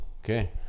Okay